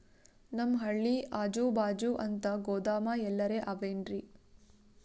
ನಮ್ ಹಳ್ಳಿ ಅಜುಬಾಜು ಅಂತ ಗೋದಾಮ ಎಲ್ಲರೆ ಅವೇನ್ರಿ?